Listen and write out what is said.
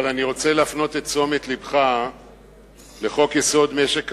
אבל אני רוצה להפנות את תשומת לבך לחוק-יסוד: משק המדינה,